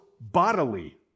bodily